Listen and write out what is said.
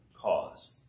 cause